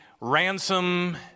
ransom